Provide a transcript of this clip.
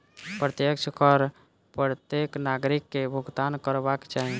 प्रत्यक्ष कर प्रत्येक नागरिक के भुगतान करबाक चाही